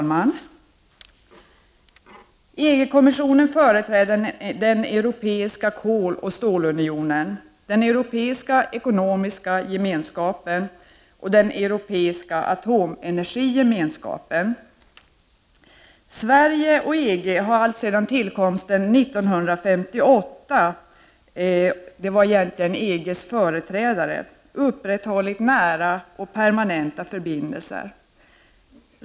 Herr talman! EG-kommissionen företräder den Europeiska koloch stål 22 november 1989 unionen, den Europeiska ekonomiska gemenskapen och den Europeiska Z atomenergigemenskapen. Sverige och EG har alltsedan organisationens tillkomst 1958 — det gällde egentligen då EG:s företrädare — upprätthållit nära och permanenta förbindelser.